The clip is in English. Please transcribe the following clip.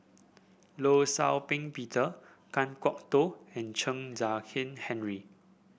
Law Shau Ping Peter Kan Kwok Toh and Chen Kezhan Henri